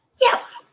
Yes